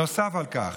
נוסף על כך,